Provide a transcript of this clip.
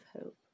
hope